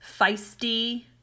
feisty